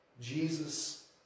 Jesus